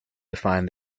define